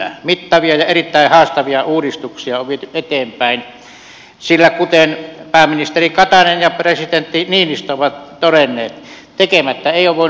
mittavia ja erittäin haastavia uudistuksia on viety eteenpäin sillä kuten pääministeri katainen ja presidentti niinistö ovat todenneet tekemättä ei ole voinut jättää